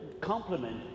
compliment